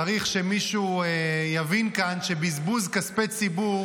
צריך שמישהו יבין כאן שבזבוז כספי ציבור